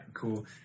cool